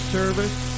service